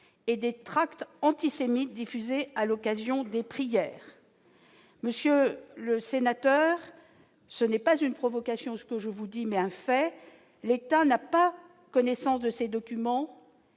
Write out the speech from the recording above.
et des tracts antisémites diffusés à l'occasion des prières, monsieur le sénateur, ce n'est pas une provocation, ce que je vous dis mais fait l'État n'a pas connaissance de ces documents,